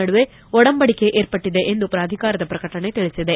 ನಡುವೆ ಒಡಂಬಡಿಕೆ ಏರ್ಪಟ್ಲದೆ ಎಂದು ಪ್ರಾಧಿಕಾರದ ಪ್ರಕಟಣೆ ತಿಳಿಸಿದೆ